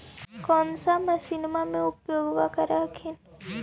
कौन सा मसिन्मा मे उपयोग्बा कर हखिन?